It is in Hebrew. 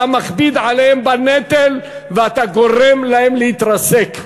אתה מכביד עליהם בנטל ואתה גורם להם להתרסק.